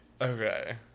Okay